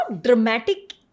dramatic